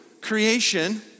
creation